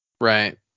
Right